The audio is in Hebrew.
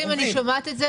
חברים, אני שומעת את זה.